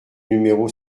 numéro